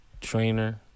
trainer